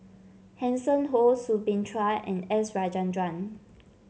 Hanson Ho Soo Bin Chua and S Rajendran